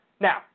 Now